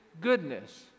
goodness